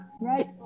right